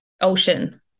ocean